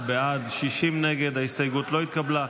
46 בעד, 60 נגד, ההסתייגות לא התקבלה.